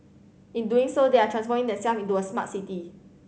in doing so they are transforming themselves into a smart city